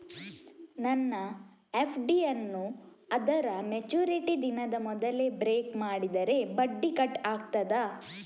ನನ್ನ ಎಫ್.ಡಿ ಯನ್ನೂ ಅದರ ಮೆಚುರಿಟಿ ದಿನದ ಮೊದಲೇ ಬ್ರೇಕ್ ಮಾಡಿದರೆ ಬಡ್ಡಿ ಕಟ್ ಆಗ್ತದಾ?